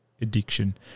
addiction